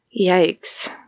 Yikes